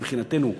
מבחינתנו.